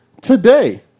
Today